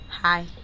Hi